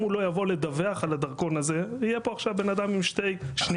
אם הוא לא ידווח על הדרכון הזה יהיה פה עכשיו בן אדם עם שתי ישויות,